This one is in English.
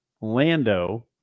Lando